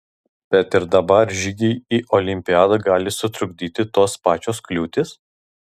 bet ir dabar žygiui į olimpiadą gali sutrukdyti tos pačios kliūtys